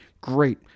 Great